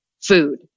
food